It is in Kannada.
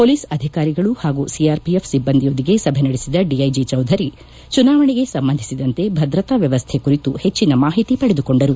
ಪೊಲೀಸ್ ಅಧಿಕಾರಿಗಳು ಹಾಗೂ ಸಿಆರ್ಪಿಎಫ್ ಸಿಬ್ಲಂದಿಯೊಂದಿಗೆ ಸಭೆ ನಡೆಸಿದ ಡಿಐಜಿ ಚೌಧರಿ ಚುನಾವಣೆಗೆ ಸಂಬಂಧಿಸಿದಂತೆ ಭದ್ರತಾ ವ್ಯವಸ್ಥೆ ಕುರಿತು ಹೆಚ್ಚಿನ ಮಾಹಿತಿ ಪಡೆದುಕೊಂಡರು